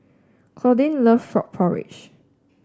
Claudine loves Frog Porridge